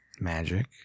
Magic